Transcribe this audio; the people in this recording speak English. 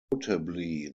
notably